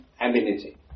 ability